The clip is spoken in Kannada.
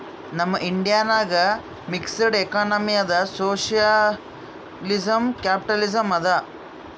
ನಮ್ ಇಂಡಿಯಾ ನಾಗ್ ಮಿಕ್ಸಡ್ ಎಕನಾಮಿ ಅದಾ ಸೋಶಿಯಲಿಸಂ, ಕ್ಯಾಪಿಟಲಿಸಂ ಅದಾ